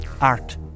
Art